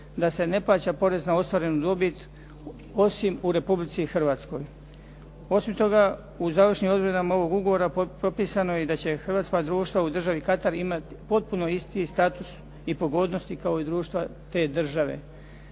da se ne plaća porez na ostvarenu dobit osim u Republici Hrvatskoj. Osim toga, u završnim odredbama ovog ugovora propisano je da će hrvatska društva u državi Katar imati potpuno isti status i pogodnosti kao i društva te države.